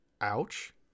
Ouch